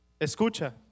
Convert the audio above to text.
Escucha